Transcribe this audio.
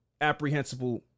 apprehensible